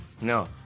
No